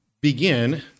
begin